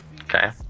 Okay